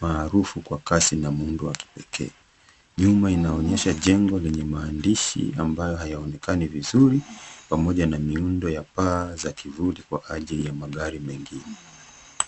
maarufu kwa kasi na muundo wa kipekee. Nyuma inaonyesha jengo lenye maandishi ambayo hayaonekani vizuri pamoja na miundo ya paa za kivuli kwa ajili ya magari mengine.